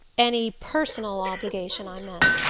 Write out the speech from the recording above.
any personal obligation, i meant.